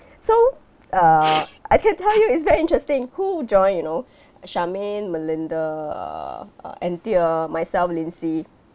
so err I can tell you it's very interesting who join you know charmaine melinda err uh anthea myself lindsey